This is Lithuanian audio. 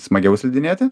smagiau slidinėti